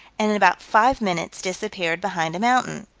and in about five minutes disappeared behind a mountain.